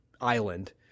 Island